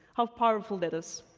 how powerful that is.